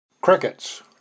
Crickets